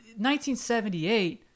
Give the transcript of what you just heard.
1978